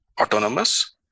autonomous